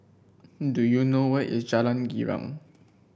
do you know where is Jalan Girang